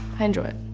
i enjoy it.